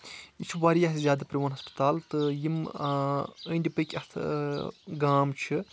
یہِ چھُ واریاہ زیادٕ پرٛون ہَسپَتال تہٕ یِم أنٛدۍ پٔکۍ اَتھ گام چھِ